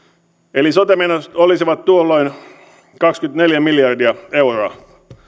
eli sote menot olisivat tuolloin kaksikymmentäneljä miljardia euroa